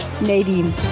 Nadine